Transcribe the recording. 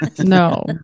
no